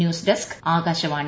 news desk Akashvani